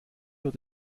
wird